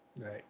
Right